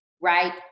right